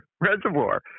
reservoir